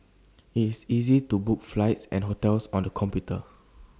IT is easy to book flights and hotels on the computer